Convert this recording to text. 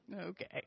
Okay